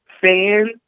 fans